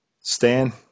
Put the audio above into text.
Stan